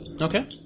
Okay